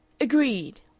Agreed